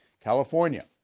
California